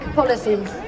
policies